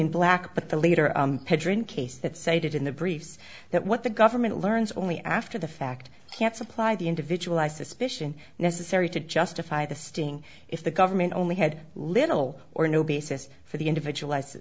in black but the later case that cited in the briefs that what the government learns only after the fact can supply the individual i suspicion necessary to justify the sting if the government only had little or no basis for the individualized